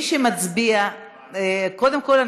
קודם כול,